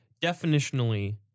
definitionally